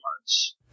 parts